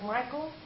Michael